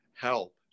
help